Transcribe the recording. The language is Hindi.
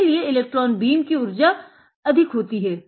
इसीलिए इलेक्ट्रान बीम की उर्जा अधिक होती है